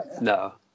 no